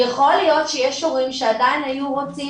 יכול להיות שיש הורים שעדיין היו רוצים